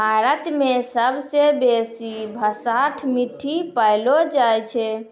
भारत मे सबसे बेसी भसाठ मट्टी पैलो जाय छै